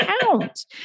count